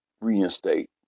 reinstate